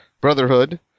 Brotherhood